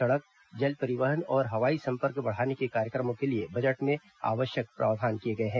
सड़क रेल जल परिवहन और हवाई संपर्क बढ़ाने के कार्यक्रमों के लिए बजट में आवश्यक प्रावधान किए गए हैं